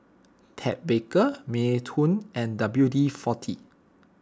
Ted Baker Mini Toons and W D forty